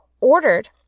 ordered